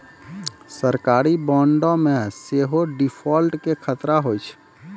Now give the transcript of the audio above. सरकारी बांडो मे सेहो डिफ़ॉल्ट के खतरा होय छै